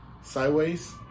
sideways